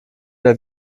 der